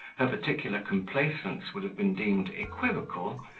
her particular complaisance would have been deemed equivocal,